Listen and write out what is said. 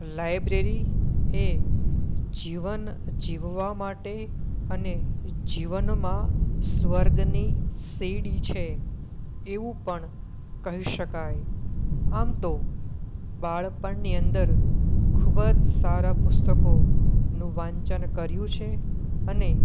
library એ જીવન જીવવા માટે અને જીવનમાં સ્વર્ગની સીડી છે એવું પણ કહી શકાય આમ તો બાળપણની અંદર ખૂબ જ સારા પુસ્તકોનું વાંચન કર્યું છે અને